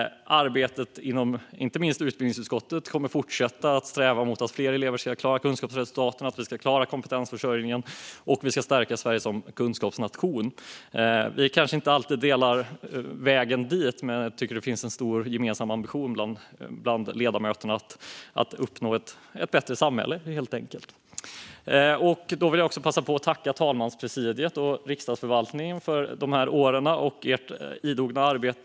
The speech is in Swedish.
Arbetet, inte minst i utbildningsutskottet, kommer att fortsätta att sträva mot att fler elever ska uppnå kunskapsresultat och klara kraven, att vi ska klara kompetensförsörjningen och att vi ska stärka Sverige som kunskapsnation. Vi kanske inte delar synen på vägen dit, men jag tycker att det finns en stor gemensam ambition bland ledamöterna att helt enkelt uppnå ett bättre samhälle. Jag vill passa på att tacka talmanspresidiet och Riksdagsförvaltningen för de här åren och för ert idoga arbete.